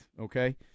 Okay